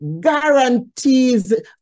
guarantees